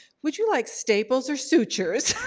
would you like staples or sutures?